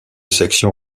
section